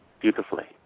beautifully